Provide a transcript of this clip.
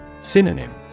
Synonym